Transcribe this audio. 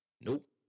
Nope